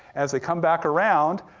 as they come back around,